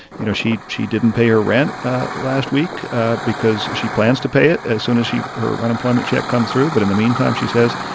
you know, she she didn't pay her rent last week because she plans to pay it as soon as she her unemployment check comes through. but in the meantime, she says,